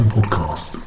Podcast